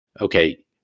okay